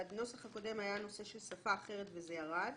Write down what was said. בנוסח הקודם היה הנושא של שפה אחרת וזה ירד.